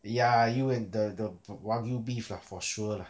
ya you and the the the wagyu beef lah for sure lah